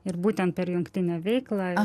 ir būtent per jungtinę veiklą